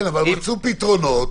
כן, אבל מצאו פתרונות.